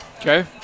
Okay